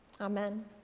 Amen